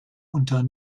unter